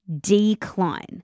decline